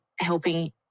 helping